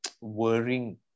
worrying